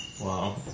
Wow